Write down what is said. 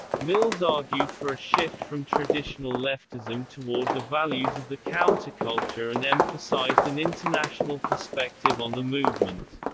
mills argued for a shift from traditional leftism toward the values of the counterculture and emphasized an international perspective on the movement.